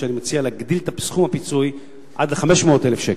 שבה אני מציע להגדיל את סכום הפיצוי עד ל-500,000 שקל.